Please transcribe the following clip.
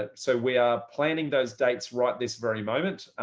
ah so we are planning those dates right this very moment.